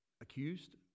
accused